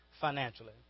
financially